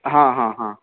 हां हां हां